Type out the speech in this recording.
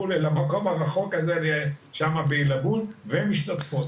למקום הרחוק הזה בעילבון ומשתתפות.